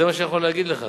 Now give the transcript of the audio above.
זה מה שאני יכול להגיד לך.